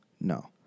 No